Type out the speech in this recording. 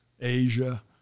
Asia